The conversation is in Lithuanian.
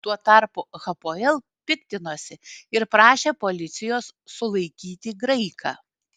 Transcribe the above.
tuo tarpu hapoel piktinosi ir prašė policijos sulaikyti graiką